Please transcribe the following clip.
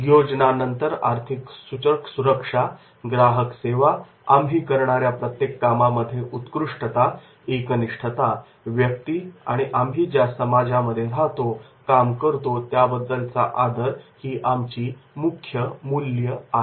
योजनानंतर आर्थिक सुरक्षा ग्राहक सेवा आम्ही करणाऱ्या प्रत्येक कामांमध्ये उत्कृष्टता एकनिष्ठता व्यक्ती आणि आम्ही ज्या समाजामध्ये राहतो काम करतो त्याबद्दलचा आदर ही आमची मुख्य मूल्य आहेत